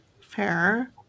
Fair